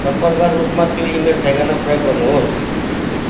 सम्पर्कका रूपमा त्यो इमेल ठेगाना प्रयोग गर्नुहोस्